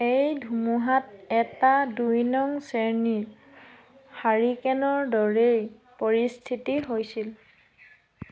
এই ধুমুহাত এটা দুই নং শ্ৰেণীৰ হাৰিকেনৰ দৰেই পৰিস্থিতি হৈছিল